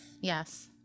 Yes